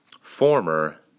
former